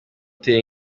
uteye